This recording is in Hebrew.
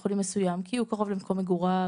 חולים מסוים כי הוא קרוב למקום מגוריו,